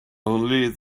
only